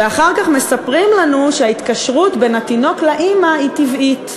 ואחר כך מספרים לנו שההתקשרות בין התינוק לאימא היא טבעית.